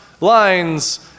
lines